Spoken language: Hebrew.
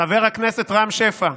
חבר הכנסת רם שפע.